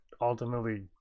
ultimately